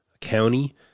County